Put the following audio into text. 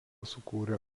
sukūrė